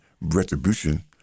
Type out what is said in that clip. retribution